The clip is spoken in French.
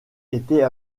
était